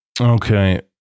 Okay